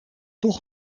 toch